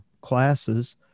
classes